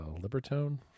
Libertone